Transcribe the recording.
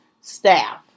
staff